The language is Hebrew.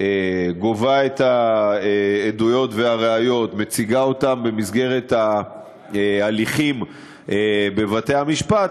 גובה את העדויות והראיות ומציגה אותן במסגרת ההליכים בבתי-המשפט,